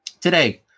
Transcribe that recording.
today